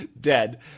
dead